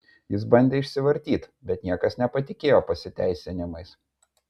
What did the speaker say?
jis bandė išsivartyt bet niekas nepatikėjo pasiteisinimais